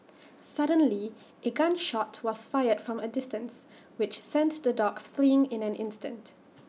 suddenly A gun shot was fired from A distance which sent the dogs fleeing in an instant